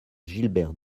gilbert